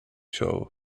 show